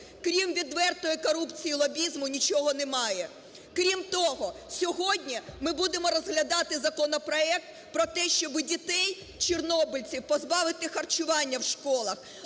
крім відвертої корупції, лобізму, нічого немає. Крім того, сьогодні ми будемо розглядати законопроект про те, щоб дітей-чорнобильців позбавити харчування в школах.